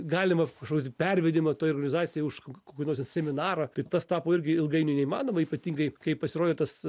galimą kažkokį tai pervedimą tai organizacijai už ko kokį nors ten seminarą tai tas tapo irgi ilgainiui neįmanoma ypatingai kai pasirodė tas